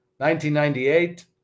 1998